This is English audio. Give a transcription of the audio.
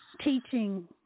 teaching